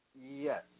Yes